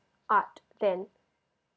art then